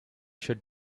should